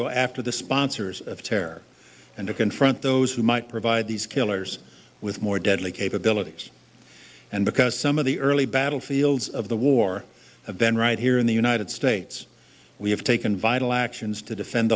go after the sponsors of terror and to confront those who might provide these killers with more deadly capabilities and because some of the early battlefields of the war have been right here in the united states we have taken vital actions to defend